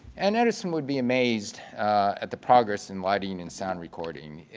and edison would be amazed at the progress in lighting and sound recording.